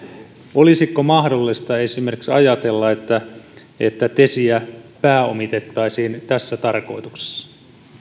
olisiko mahdollista esimerkiksi ajatella että että tesiä pääomitettaisiin tässä tarkoituksessa